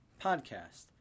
podcast